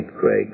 Craig